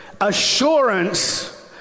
assurance